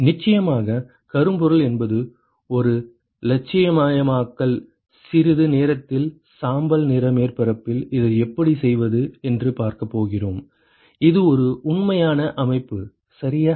நிச்சயமாக கரும்பொருள் என்பது ஒரு இலட்சியமயமாக்கல் சிறிது நேரத்தில் சாம்பல் நிற மேற்பரப்பில் இதை எப்படி செய்வது என்று பார்க்கப் போகிறோம் இது ஒரு உண்மையான அமைப்பு சரியா